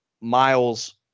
Miles